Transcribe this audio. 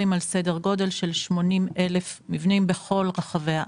על סדר גודל של 80,000 מבנים בכל רחבי הארץ,